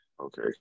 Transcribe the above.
okay